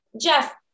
Jeff